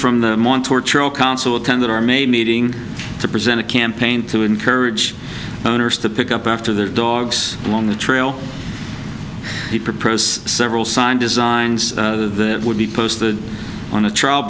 from them on torture all consulate that are made meeting to present a campaign to encourage owners to pick up after their dogs along the trail several sign designs that would be posted on a trial